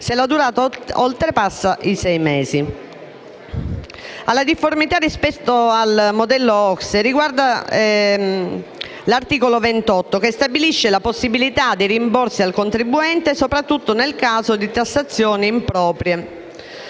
«se la durata oltrepassa i sei mesi». La difformità rispetto al modello OCSE riguarda l'articolo 28, che stabilisce la possibilità di rimborsi al contribuente soprattutto nel caso di tassazioni improprie.